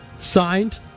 signed